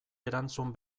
erantzun